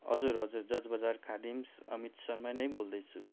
हजुर हजुर जज बजार खादिम्स् अमित शर्मा नै बोल्दैछु